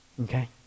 Okay